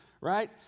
right